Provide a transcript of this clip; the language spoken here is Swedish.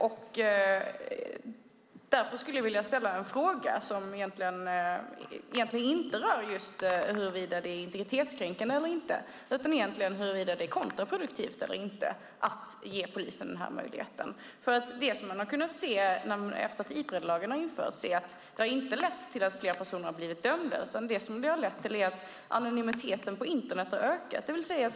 Jag skulle vilja ställa en fråga som egentligen inte rör huruvida det är integritetskränkande utan huruvida det är kontraproduktivt att ge polisen den möjligheten. Det man kunnat se efter att Ipredlagen infördes är att det inte lett till att fler personer blivit dömda. I stället har det lett till att anonymiteten på Internet ökat.